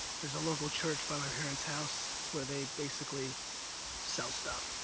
there's a local church by my parents house where they basically sell stuff.